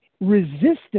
resistance